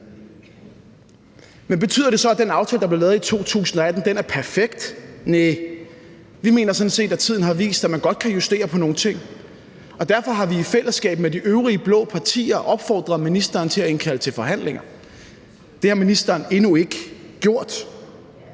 Men betyder det så, den aftale, der blev lavet i 2018, er perfekt? Næh, vi mener sådan set, at tiden har vist, at man godt kan justere på nogle ting, og derfor har vi i fællesskab med de øvrige blå partier opfordret ministeren til at indkalde til forhandlinger. Det har ministeren endnu ikke gjort,